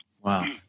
Wow